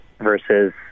versus